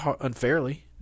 unfairly